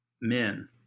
men